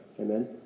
Amen